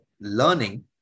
learning